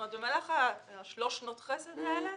במהלך שלוש שנות החסד האלה,